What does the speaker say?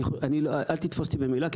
אל תתפוס איתי במילה,